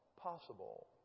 possible